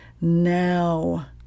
now